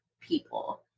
people